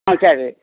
ஆ சரி